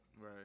Right